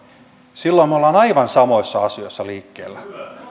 silloin me olemme aivan samoissa asioissa liikkeellä